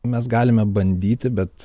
mes galime bandyti bet